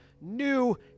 new